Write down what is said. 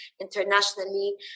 internationally